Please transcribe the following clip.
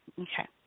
Okay